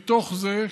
מתוך זה,